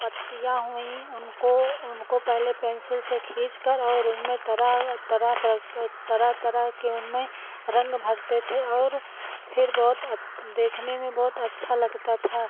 पत्तियाँ हुईं उनको उनको पहले पेन्सिल से खींचकर और उनमें तरह तरह तरह तरह के उनमें रंग भरते थे और फिर बहुत देखने में बहुत अच्छा लगता था